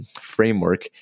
Framework